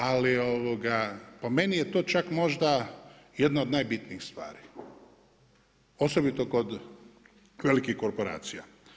Ali po meni je to čak možda jedna od najbitnijih stvari, osobito kod velikih korporacija.